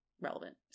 relevant